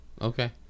okay